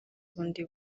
bundi